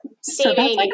saving